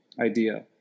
idea